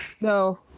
No